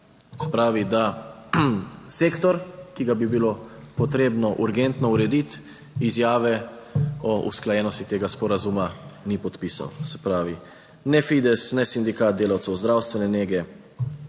Se pravi, da sektor, ki ga bi bilo potrebno urgentno urediti, izjave o usklajenosti tega sporazuma ni podpisal, se pravi, ne Fides, ne Sindikat delavcev zdravstvene nege